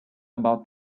about